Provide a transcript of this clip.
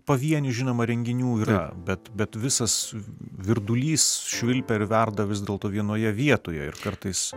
pavienių žinoma renginių yra bet bet visas virdulys švilpia ir verda vis dėlto vienoje vietoje ir kartais